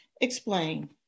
Explain